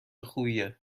خوبیه